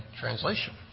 translation